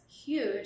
huge